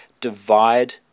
divide